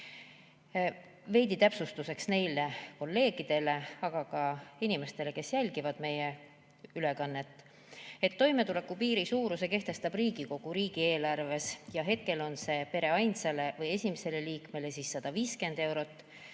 Veidi täpsustuseks kolleegidele, aga ka muudele inimestele, kes jälgivad meie ülekannet, et toimetulekupiiri suuruse kehtestab Riigikogu riigieelarves. Hetkel on see pere ainsale või esimesele liikmele 150 eurot